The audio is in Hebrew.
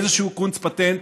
באיזשהו קונץ פטנט,